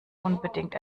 unbedingt